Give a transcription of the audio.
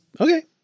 okay